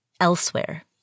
elsewhere